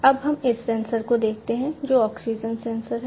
अब हम इस सेंसर को देखते हैं जो ऑक्सीजन सेंसर है